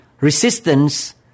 resistance